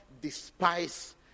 despise